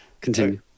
Continue